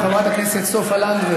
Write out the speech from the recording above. חברת הכנסת סופה לנדבר,